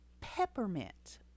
peppermint